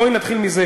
בואי נתחיל מזה,